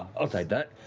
i'll take that.